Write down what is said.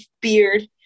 beard